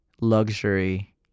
Luxury